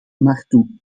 naartoe